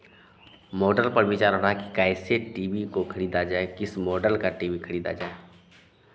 model पर विचार हो रहा है कि कैसे टी वी को खरीदा जाए किस मॉडल का टी वी खरीदा जाए